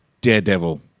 Daredevil